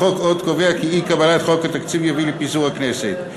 החוק קובע עוד כי אי-קבלת חוק התקציב יביא לפיזור הכנסת,